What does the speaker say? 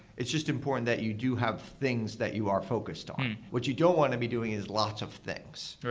it's just important that you do have things that you are focused on. what you don't want to be doing is lots of things.